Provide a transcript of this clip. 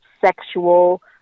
sexual